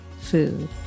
food